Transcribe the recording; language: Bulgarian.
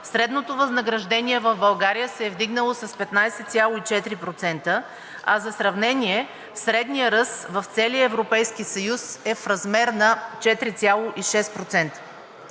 средното възнаграждение в България се е вдигнало с 15,4%, а за сравнение средният ръст в целия Европейски съюз е в размер на 4,6%.